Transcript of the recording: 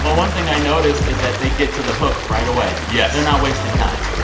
but one thing i noticed is that they get to the hook right away yes they're not wasting time